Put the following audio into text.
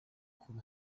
kuba